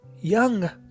Young